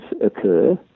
occur